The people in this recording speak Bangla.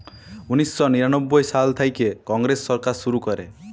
উনিশ শ নিরানব্বই সাল থ্যাইকে কংগ্রেস সরকার শুরু ক্যরে